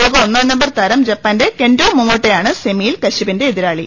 ലോക് ഒന്നാം നമ്പർ താരം ജപ്പാന്റെ കെന്റോ മൊമോട്ടോയാണ് സെമിയിൽ കശ്യപിന്റെ എതിരാളി